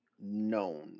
known